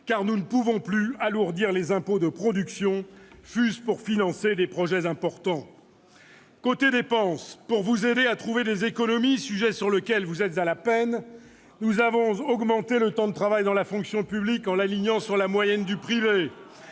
: nous ne pouvons plus alourdir les impôts de production, fût-ce pour financer des projets importants. Du côté des dépenses, pour vous aider à trouver des économies, sujet sur lequel vous êtes à la peine, nous avons augmenté le temps de travail dans la fonction publique en l'alignant sur la moyenne du privé,